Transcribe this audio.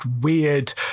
weird